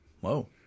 Whoa